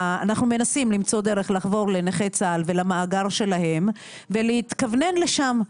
אנחנו מנסים למצוא דרך לחבור לנכי צה"ל ולמאגר שלהם ולהתכוונן לשם.